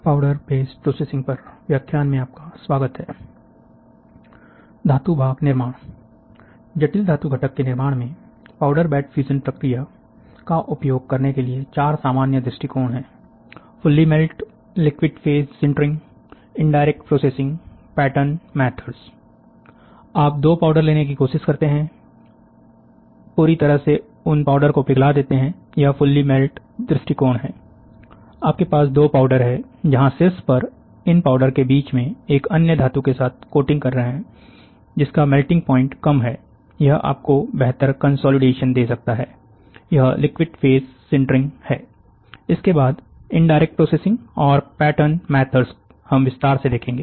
धातु भाग निर्माण जटिल धातु घटक के निर्माण में पाउडर बेड फ्यूजन प्रक्रिया का उपयोग करने के लिए चार सामान्य दृष्टिकोण है fully melt liquid phase sintering indirect processing pattern methods आप दो पाउडर लेने की कोशिश करते हैं आप पूरी तरह से उन पाउडर को पिघला देते हैं यह फुल्ली मेल्ट दृष्टिकोण है आपके पास दो पाउडर है जहां शीर्ष पर इन पाउडर के बीच में एक अन्य धातु के साथ कोटिंग कर रहे हैं जिसका मेल्टिंग प्वाइंट कम है यह आपको एक बेहतर कंसोलिडेशन दे सकता है यह लिक्विड फेस सिंटरिंग है इसके बाद इनडायरेक्ट प्रोसेसिंग और पैटर्न मैथड्स हम विस्तार से देखेंगे